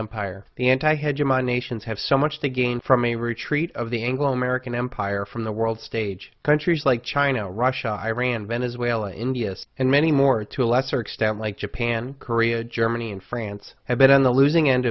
empire the anti head human nations have so much to gain from a retreat of the anglo american empire from the world stage countries like china russia iran venezuela india's and many more to a lesser extent like japan korea germany and france have been on the losing end